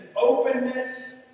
openness